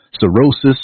cirrhosis